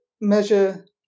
measure